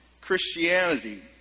Christianity